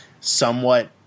somewhat